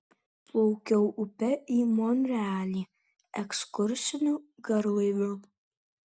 plaukiau upe į monrealį ekskursiniu garlaiviu